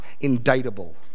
indictable